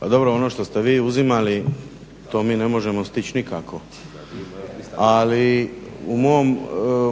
dobro, ono što ste vi uzimali to mi ne možemo stići nikako. Ali u